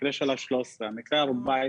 המקרה ה-13 או המקרה ה-14,